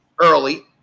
early –